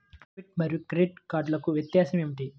Debit మరియు credit కార్డ్లకు వ్యత్యాసమేమిటీ?